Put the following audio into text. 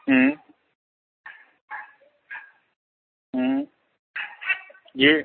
हम्म हम्म जी